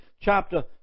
chapter